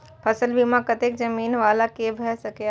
फसल बीमा कतेक जमीन वाला के भ सकेया?